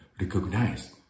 recognized